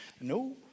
No